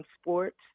sports